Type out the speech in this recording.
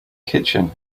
kitchen